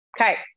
okay